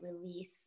release